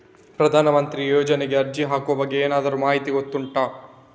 ಪ್ರಧಾನ ಮಂತ್ರಿ ಯೋಜನೆಗೆ ಅರ್ಜಿ ಹಾಕುವ ಬಗ್ಗೆ ಏನಾದರೂ ಮಾಹಿತಿ ಗೊತ್ತುಂಟ?